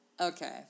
Okay